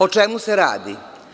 O čemu se radi?